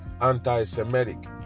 anti-Semitic